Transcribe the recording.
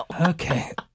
Okay